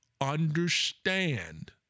understand